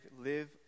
live